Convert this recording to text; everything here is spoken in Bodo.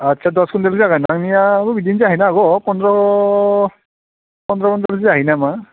आच्चा दस कुविन्टेलसो जागोन आंनियाबो बिदिनो जाहैनो हागौ फन्द्र' कुविन्टेलसो जाहैयो नामा